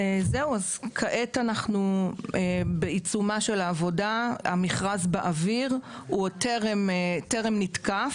כעת אנחנו בעיצומה של העבודה; המכרז באוויר וטרם נתקף.